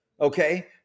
Okay